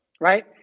right